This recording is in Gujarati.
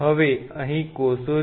હવે અહીં કોષો છે